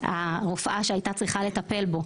הרופאה שהייתה צריכה לטפל בו,